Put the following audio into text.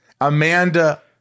Amanda